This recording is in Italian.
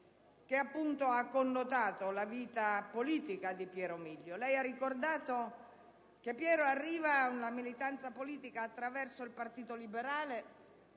che ha connotato la vita politica di Piero Milio. Lei ha ricordato che Piero arriva a una militanza politica attraverso il Partito Liberale.